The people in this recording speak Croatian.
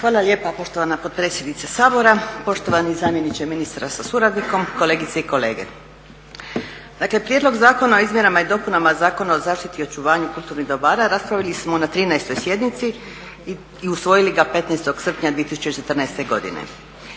Hvala lijepa poštovana potpredsjednice Sabora, poštovani zamjeniče ministra sa suradnikom, kolegice i kolege. Dakle, Prijedlog zakona o izmjenama i dopunama Zakona o zaštiti i očuvanju kulturnih dobara raspravili smo na 13. sjednici i usvojili ga 15. srpnja 2014. godine.